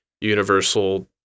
Universal